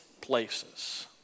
places